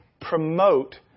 promote